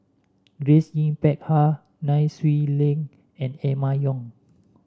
Grace Yin Peck Ha Nai Swee Leng and Emma Yong